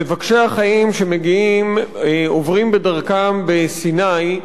מבקשי החיים שמגיעים, עוברים בדרכם בסיני,